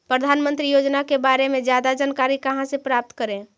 प्रधानमंत्री योजना के बारे में जादा जानकारी कहा से प्राप्त करे?